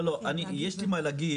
לא, יש לי מה להגיד.